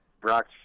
Brock